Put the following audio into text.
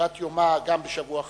שגרת יומה גם בשבוע חנוכה,